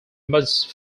most